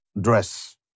dress